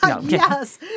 Yes